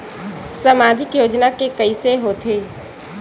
सामाजिक योजना के कइसे होथे?